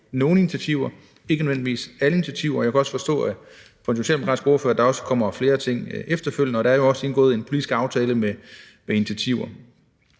nogle initiativer, men ikke nødvendigvis alle initiativer. Jeg kunne forstå på den socialdemokratiske ordfører, at der kommer flere ting efterfølgende, og der er jo også indgået en politisk aftale, der indeholder